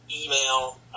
email